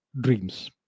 dreams